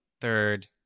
third